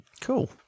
Cool